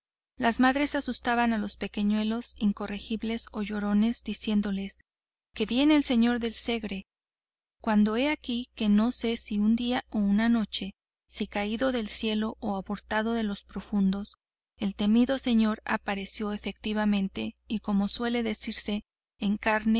las madres asustaban a los pequeñuelos